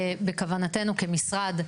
בכוונתנו כמשרד,